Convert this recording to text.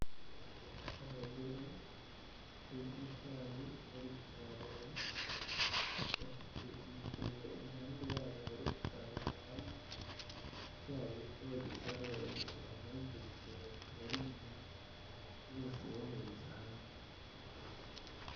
Abagore bari mu cyayi bari gusarura bafite ibitebo impande yabo bari gusaruriramo, icyayi uko bagisarura bagishyira muri icyo gitebo kibari inyuma bose bahuriza hamwe.